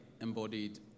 embodied